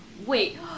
Wait